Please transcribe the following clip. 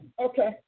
Okay